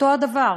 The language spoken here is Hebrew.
אותו דבר.